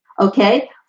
Okay